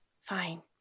Fine